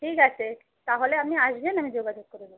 ঠিক আছে তাহলে আপনি আসবেন আমি যোগাযোগ করিয়ে দেবো